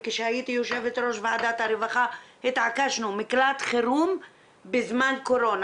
וכשהייתי יושבת ראש ועדת הרווחה התעקשנו על מקלט חירום בזמן קורונה,